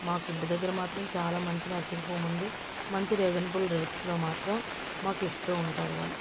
మాకు ఇంటి దగ్గర మాత్రం చాలా మంచి నర్సింగ్ ఫామ్ ఉంది మంచి రీజనబుల్ రేట్స్లో మాత్రం ఇస్తు ఉంటారు వాళ్ళు